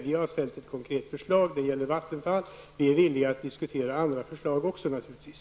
Vi har ställt ett konkret förslag som gäller Vattenfall, och vi är villiga att diskutera andra förslag också naturligtvis.